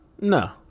No